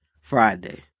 Friday